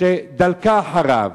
שדלקה אחריו.